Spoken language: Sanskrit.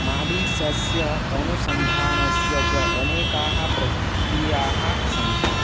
मालिसस्य अनुसन्धानस्य च अनेकाः प्रक्रियाः सन्ति